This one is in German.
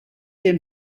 dem